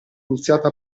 iniziato